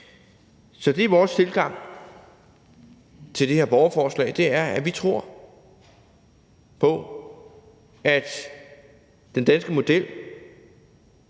Så det er vores tilgang til det her borgerforslag, at vi tror på, at den danske model